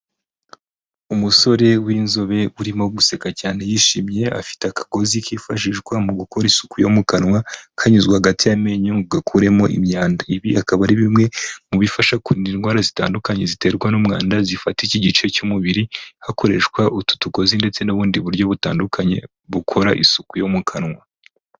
Umusore w'inzobe urimo guseka cyane yishimye, afite akagozi kifashishwa mu gukora isuku yo mu kanwa, kanyuzwa hagati y'amenyo ngo gakuremo imyanda. Ibi akaba ari bimwe mu bifasha kurinda indwara zitandukanye ziterwa n'umwanda, zifatata iki gice cy'umubiri, hakoreshwa utu tugozi ndetse n'ubundi buryo butandukanye, bukora isuku yo mu kanwa.